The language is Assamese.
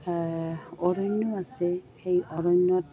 অৰণ্য আছে সেই অৰণ্যত